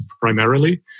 primarily